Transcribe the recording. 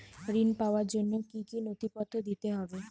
ঋণ পাবার জন্য কি কী নথিপত্র দিতে হবে?